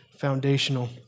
foundational